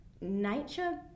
nature